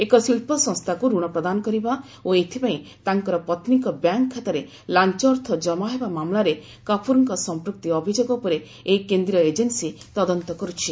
ଏକ ଶିଳ୍ପସଂସ୍ଥାକୁ ରଣ ପ୍ରଦାନ କରିବା ଓ ଏଥିପାଇଁ ତାଙ୍କର ପତ୍ନୀଙ୍କ ବ୍ୟାଙ୍କ ଖାତାରେ ଲାଞ୍ଚ ଅର୍ଥ ଜମା ହେବା ମାମଲାରେ କାପୁରଙ୍କ ସଂପୃକ୍ତି ଅଭିଯୋଗ ଉପରେ ଏହି କେନ୍ଦ୍ରୀୟ ଏଜେନ୍ନୀ ତଦନ୍ତ କରୁଛି